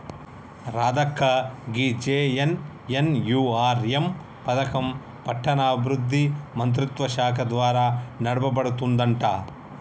రాధక్క గీ జె.ఎన్.ఎన్.యు.ఆర్.ఎం పథకం పట్టణాభివృద్ధి మంత్రిత్వ శాఖ ద్వారా నడపబడుతుందంట